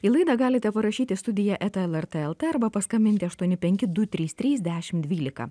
į laidą galite parašyti studija eta lrt lt arba paskambinti aštuoni penki du trys trys dešim dvylika